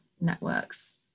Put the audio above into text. networks